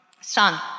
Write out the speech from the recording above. son